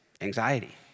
anxiety